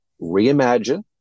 reimagine